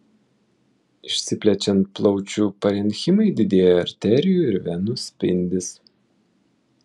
išsiplečiant plaučių parenchimai didėja arterijų ir venų spindis